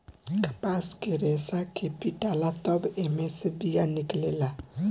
कपास के रेसा के पीटाला तब एमे से बिया निकलेला